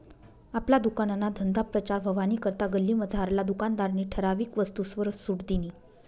आपला दुकानना धंदाना प्रचार व्हवानी करता गल्लीमझारला दुकानदारनी ठराविक वस्तूसवर सुट दिनी